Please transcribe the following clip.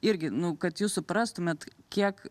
irgi nu kad jūs suprastumėt kiek